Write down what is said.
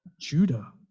Judah